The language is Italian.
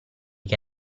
che